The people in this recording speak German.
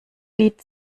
lied